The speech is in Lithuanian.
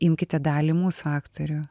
imkite dalį mūsų aktorių